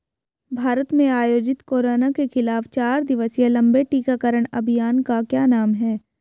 भारत में आयोजित कोरोना के खिलाफ चार दिवसीय लंबे टीकाकरण अभियान का क्या नाम है?